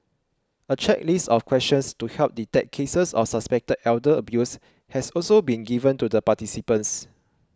a checklist of questions to help detect cases of suspected elder abuse has also been given to the participants